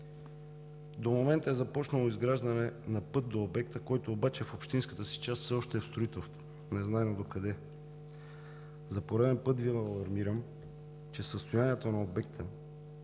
До момента е започнало изграждане на път до обекта, който обаче в общинската си част все още е в строителство незнайно докъде. За пореден път Ви алармирам, че състоянието на обекта